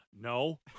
No